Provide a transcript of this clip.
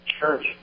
church